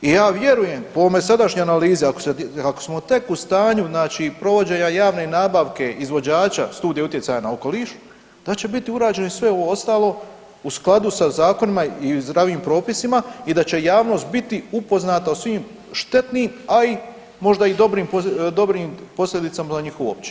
I ja vjerujem po ovoj sadašnjoj analizi, ako smo tek u stanju znači provođenja javne nabavke izvođača Studije utjecaja na okoliš, da će biti urađeno i sve ovo ostalo u skladu sa zakonima i zdravim propisima i da će javnost biti upoznata o svim štetnim, a i možda i dobrim posljedicama za njih uopće.